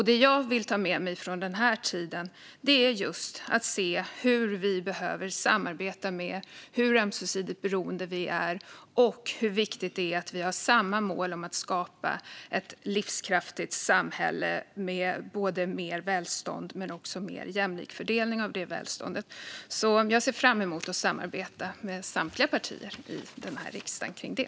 Det jag vill ta med mig från den här tiden är just att se hur vi behöver samarbeta mer, hur ömsesidigt beroende vi är och hur viktigt det är att vi har samma mål om ett livskraftigt samhälle med både mer välstånd och mer jämlik fördelning av det välståndet. Jag ser fram emot att samarbeta med samtliga partier i riksdagen om det.